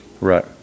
Right